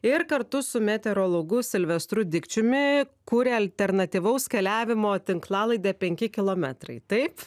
ir kartu su meteorologu silvestru dikčiumi kuria alternatyvaus keliavimo tinklalaidę penki kilometrai taip